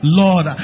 lord